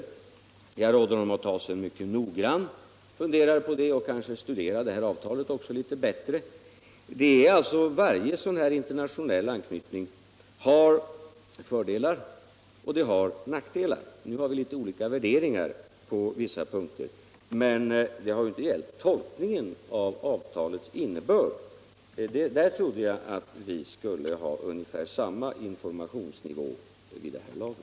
Jag råder honom att ta sig en mycket noggrann funderare och kanske även studera avtalet litet bättre. Varje sådan här internationell anknytning har fördelar och nackdelar. Nu har vi litet olika värderingar på vissa punkter, men det har ju inte gällt tolkningen av avtalets innebörd. Där trodde jag att vi hade ungefär samma informationsnivå vid det här laget.